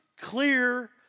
clear